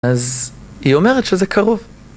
אז... היא אומרת שזה קרוב.